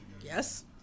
Yes